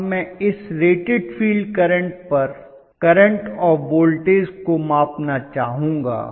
अब मैं इस रेटेड फील्ड करंट पर करंट और वोल्टेज को मापना चाहूंगा